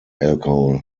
alcohol